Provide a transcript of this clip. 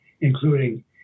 including